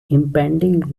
impending